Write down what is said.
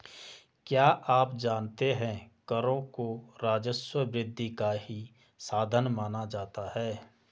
क्या आप जानते है करों को राजस्व वृद्धि का ही साधन माना जाता है?